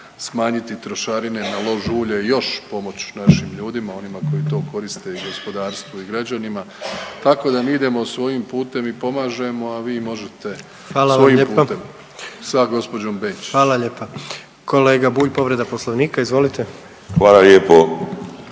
smanjiti trošarine na lož ulje još pomoć našim ljudima, onima koji to koriste i gospodarstvu i građanima, tako da mi idemo svojim putem i pomažemo, a vi možete svojim putem. **Jandroković, Gordan (HDZ)** Hvala vam lijepo.